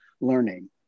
learning